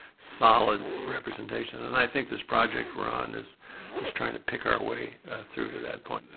solid representation. and i think this project we're on is is trying to pick our way through to that point.